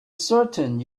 certain